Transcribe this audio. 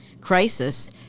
crisis